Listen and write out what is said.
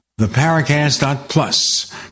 theparacast.plus